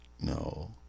no